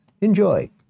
Enjoy